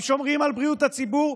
הם שומרים על בריאות הציבור.